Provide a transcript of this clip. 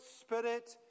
spirit